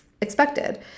expected